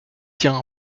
tient